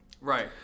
Right